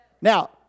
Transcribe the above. Now